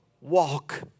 walk